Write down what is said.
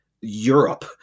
Europe